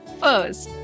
first